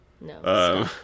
No